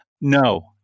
No